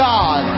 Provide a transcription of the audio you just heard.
God